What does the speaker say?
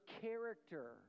character